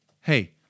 hey